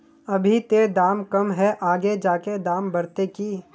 अभी ते दाम कम है आगे जाके दाम बढ़ते की?